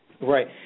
Right